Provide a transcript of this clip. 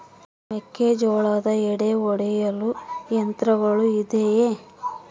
ಮೆಕ್ಕೆಜೋಳದ ಎಡೆ ಒಡೆಯಲು ಯಂತ್ರಗಳು ಇದೆಯೆ?